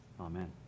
Amen